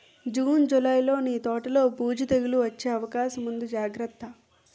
June, జూలైలో నీ తోటలో బూజు, తెగులూ వచ్చే అవకాశముంది జాగ్రత్త